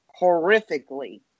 horrifically